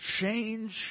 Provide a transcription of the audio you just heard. change